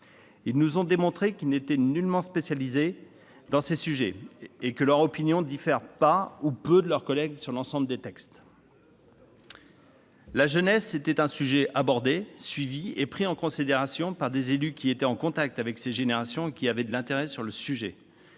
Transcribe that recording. Ils nous ont démontré qu'ils n'étaient nullement spécialisés dans ces sujets et que leurs opinions ne différaient pas, ou peu, de celles de leurs collègues sur l'ensemble des textes. La jeunesse était un sujet abordé, suivi et pris en considération par des élus qui étaient en contact avec ces générations et qui avaient de l'intérêt pour ces